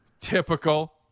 Typical